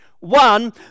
one